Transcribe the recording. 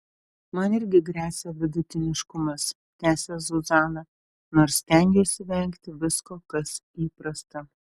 man irgi gresia vidutiniškumas tęsia zuzana nors stengiuosi vengti visko kas įprasta